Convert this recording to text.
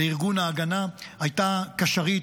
בארגון ההגנה היא הייתה קשרית,